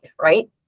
right